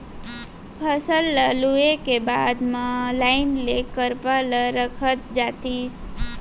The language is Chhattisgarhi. फसल ल लूए के बाद म लाइन ले करपा ल रखत जातिस